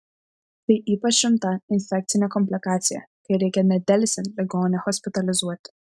tai ypač rimta infekcinė komplikacija kai reikia nedelsiant ligonį hospitalizuoti